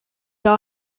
our